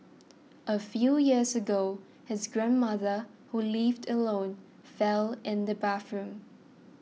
a few years ago his grandmother who lived alone fell in the bathroom